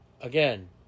Again